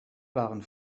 waren